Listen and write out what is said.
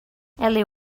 ellie